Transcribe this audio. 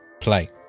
Play